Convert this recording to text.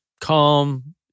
calm